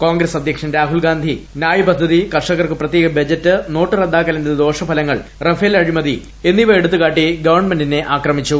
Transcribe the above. കോൺഗ്രസ് അധ്യക്ഷൻ രാഹുൽ ഗാന്ധി നൃായ് പദ്ധതി കർഷകർക്ക് പ്രത്യേക ബജറ്റ് നോട്ട് റദ്ദാക്കലിന്റെ ദോഷഫലങ്ങൾ റഫേൽ അഴിമതി എന്നിവ എടുത്തുകാട്ടി ഗവൺമെ ന്റിനെ ആക്രമിച്ചു